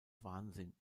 wahnsinn